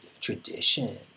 tradition